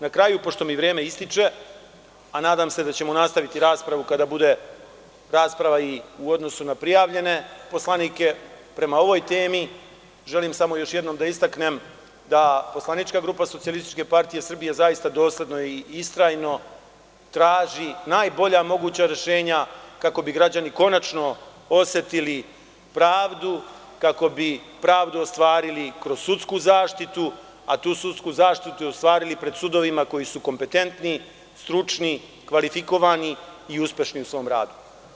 Na kraju, pošto mi vreme ističe, a nadam se da ćemo nastaviti raspravu kada bude rasprava u odnosu na prijavljene poslanike prema ovoj temi, želim samo još jednom da istaknem da poslanička grupa SPS zaista dosledno i istrajno traži najbolje moguća rešenja kako bi građani osetili pravdu, kako bi pravdu ostvarili kroz sudsku zaštitu, a tu sudsku zaštitu ostvarili pred sudovima koji su kompetentni, stručni, kvalifikovani i uspešni u svom radu.